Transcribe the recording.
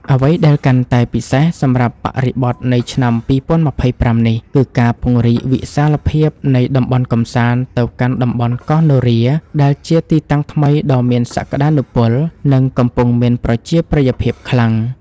អ្វីដែលកាន់តែពិសេសសម្រាប់បរិបទនៃឆ្នាំ ២០២៥ នេះ គឺការពង្រីកវិសាលភាពនៃតំបន់កម្សាន្តទៅកាន់តំបន់កោះនរា ដែលជាទីតាំងថ្មីដ៏មានសក្តានុពល និងកំពុងមានប្រជាប្រិយភាពខ្លាំង។